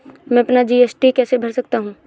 मैं अपना जी.एस.टी कैसे भर सकता हूँ?